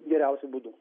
geriausiu būdu